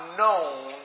known